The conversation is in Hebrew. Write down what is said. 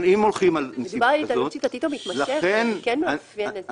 --- זה כן מאפיין.